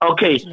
Okay